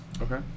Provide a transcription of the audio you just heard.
Okay